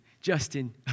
Justin